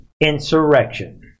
insurrection